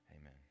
amen